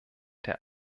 der